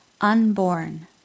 unborn